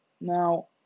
Now